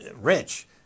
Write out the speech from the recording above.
rich